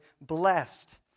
blessed